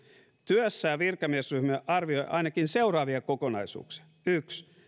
työssään virkamiesryhmä arvioi ainakin seuraavia kokonaisuuksia yksi